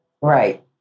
Right